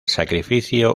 sacrificio